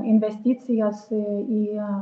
investicijas į